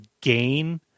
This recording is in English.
gain